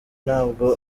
ntabwo